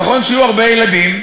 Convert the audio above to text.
נכון, שיהיו הרבה ילדים,